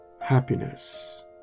happiness